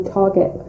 target